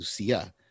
lucia